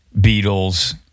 beatles